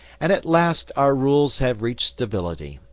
and at last our rules have reached stability,